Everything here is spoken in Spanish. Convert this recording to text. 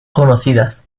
conocidas